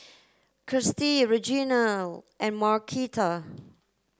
Kirstie Reginal and Marquita